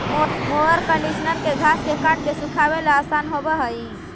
mower conditioner के घास के काट के सुखावे ला आसान होवऽ हई